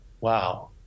wow